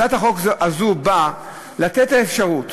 הצעת החוק הזאת באה לתת את האפשרות